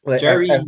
Jerry